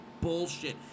bullshit